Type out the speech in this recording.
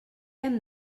hem